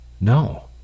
No